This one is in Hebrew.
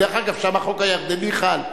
דרך אגב, שם החוק הירדני חל.